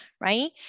right